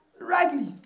rightly